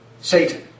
Satan